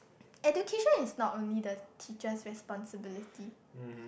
education is not only the teacher responsibility